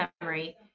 memory